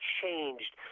changed